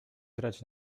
grać